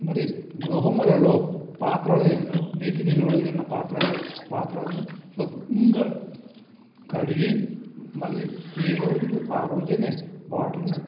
మరి గృహములలో పాత్రల యందు నీటి నిల్వలు ఉన్న పాత్రల పాత్రలను శుభ్రంగా కడిగి మళ్ళీ ఏ రోజుకు ఆ రోజునే వాటర్ను